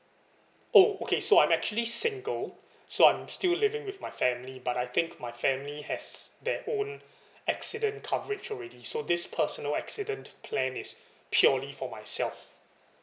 oh okay so I'm actually single so I'm still living with my family but I think my family has their own accident coverage already so this personal accident plan is purely for myself